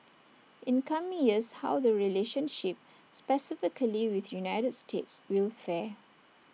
in coming years how the relationship specifically with united states will fare